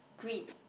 green